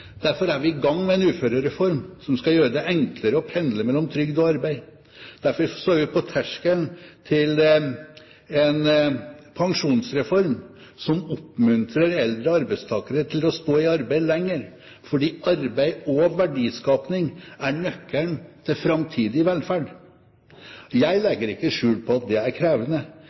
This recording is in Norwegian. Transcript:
Derfor er vi i gang med en uførereform som skal gjøre det enklere å pendle mellom trygd og arbeid. Derfor står vi på terskelen til en pensjonsreform som oppmuntrer eldre arbeidstakere til å stå i arbeid lenger, fordi arbeid og verdiskaping er nøkkelen til framtidig velferd. Jeg legger ikke skjul på at det er krevende